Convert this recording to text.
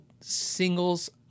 singles